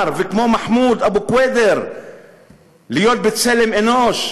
וכמו מחמוד אבו קוידר להיות בצלם אנוש,